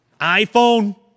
iPhone